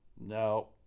No